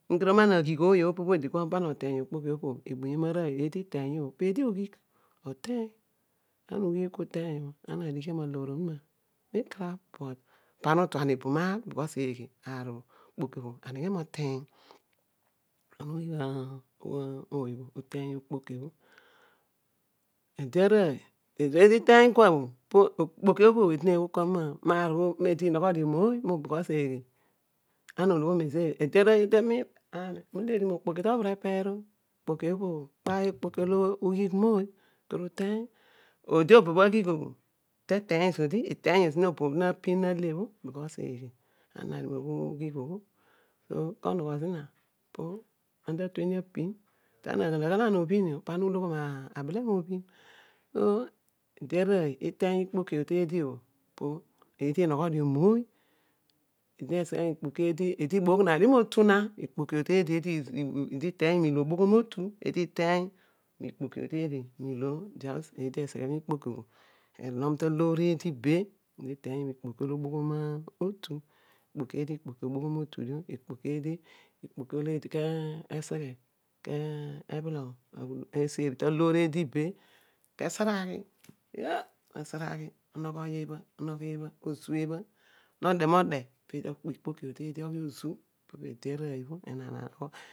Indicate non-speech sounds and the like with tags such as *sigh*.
Mu kedio ana aghigh ooy opo bho pana oteeny okpoki opo bho, ebuyom arooy eedi iteeny io bho peedi oghigh oteeny, ana oghigh oteeny ana oghigh uteeny bho pana na dighi maloor onuma mikarabh but pana utuan ebum maar bkos eghe aar bho ikpoki bho eneghe moteeny *unintelligible* ede arooy ezo bho eedi iteeny kua bho, po eedi neghol kua eedi inogho dio mooy bkos eghe ana ologhomio mezo eedi bol ki iteeny ikpoki bho *unintelligible* ede bho ikpoki eedi ilo eedi ke oseghe kesari ta loor eedi be ta seraghi oh osaraghi ughi ebha ozu ebha node mode peedi okpo ozu ebha node